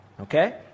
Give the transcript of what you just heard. okay